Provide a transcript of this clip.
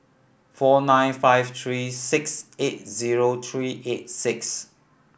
four nine five three six eight zero three eight six